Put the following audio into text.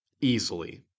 Easily